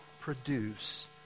produce